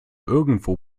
irgendwie